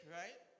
right